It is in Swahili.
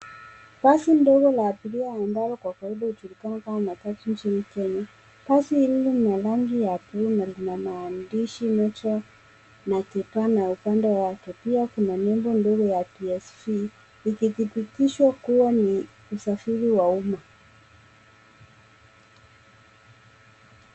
Basi ndogo la abiria ambalo kwa kawaida hujulikana kama matatu nchini Kenya. Basi hili lina rangi ya bluu na lina maandishi Metro na Debunker upande wake. Pia kuna nembo ndogo ya psv, ikithibitishwa kuwa ni usafiri wa umma.